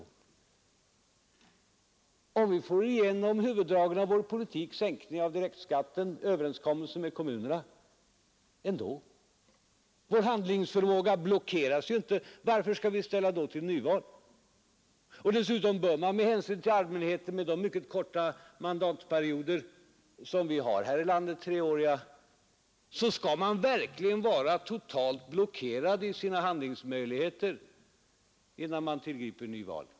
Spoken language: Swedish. Varför skall vi ställa till nyval, om vi ändå får igenom huvuddragen i vår politik: en sänkning av direktskatten och en överenskommelse med kommunerna? Vår handlingsförmåga blockeras ju inte. Dessutom bör man med hänsyn till allmänheten med de korta treåriga mandatperioder som vi har i vårt land verkligen vara totalt blockerad i sina handlingsmöjligheter innan man tillgriper nyval.